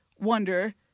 Wonder